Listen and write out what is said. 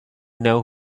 know